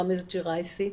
ראמז ג'ראייסי,